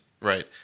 Right